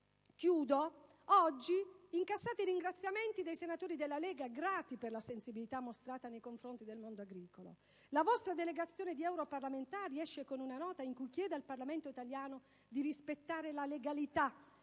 dato. Oggi incassate i ringraziamenti dei senatori della Lega, grati per la sensibilità mostrata nei confronti del mondo agricolo. La vostra delegazione di europarlamentari esce con una nota in cui chiede al Parlamento italiano di rispettare la legalità